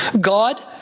God